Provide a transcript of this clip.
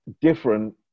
different